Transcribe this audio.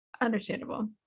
understandable